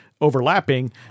overlapping